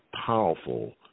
Powerful